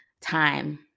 time